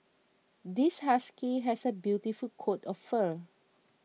this husky has a beautiful coat of fur